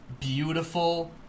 beautiful